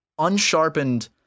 unsharpened